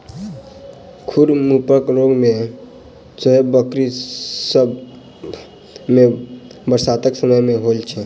खुर मुँहपक रोग सेहो बकरी सभ मे बरसातक समय मे होइत छै